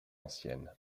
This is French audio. anciennes